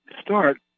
start